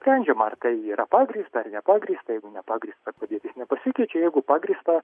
sprendžama ar tai yra pagrįsta ar nepagrįstais jeigu nepagrįsta padėtis nepasikeitė jeigu pagrįsta